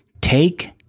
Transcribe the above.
Take